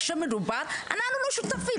אנחנו לא שותפים.